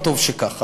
וטוב שכך.